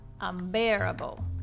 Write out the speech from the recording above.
Unbearable